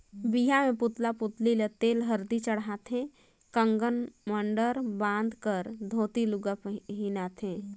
बिहा मे पुतला पुतली ल तेल हरदी चढ़ाथे ककन मडंर बांध कर धोती लूगा पहिनाथें